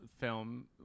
film